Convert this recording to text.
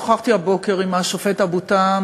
שוחחתי הבוקר עם השופט אבו טהה,